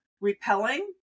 repelling